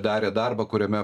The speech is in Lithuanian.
darė darbą kuriame